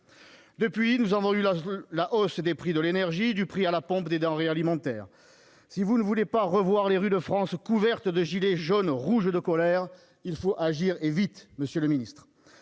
Depuis, nous avons eu la hausse des prix de l'énergie, du prix à la pompe, des denrées alimentaires. Si vous ne voulez pas revoir les rues de France couvertes de « gilets jaunes » rouges de colère, il faut agir, et vite, monsieur le ministre